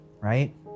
right